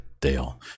dale